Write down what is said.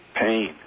pain